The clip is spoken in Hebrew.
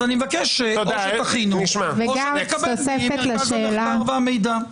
אז אני מבקש שתכינו או שנקבל ממרכז המחקר והמידע.